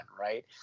right